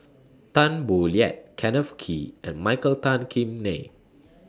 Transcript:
Tan Boo Liat Kenneth Kee and Michael Tan Kim Nei